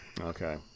Okay